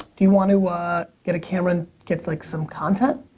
you want to get a camera and get like some content?